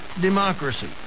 democracy